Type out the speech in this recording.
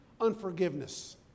unforgiveness